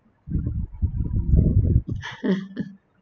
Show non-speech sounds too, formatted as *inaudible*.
*laughs*